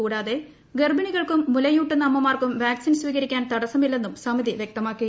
കൂടാതെ ഗർഭിണികൾക്കും മുലയൂട്ടുന്ന അമ്മമാർക്കും വാക്സിൻ സ്വീകരിക്കാൻ തടസമില്ലെന്നും സമിതി വൃക്തമാക്കി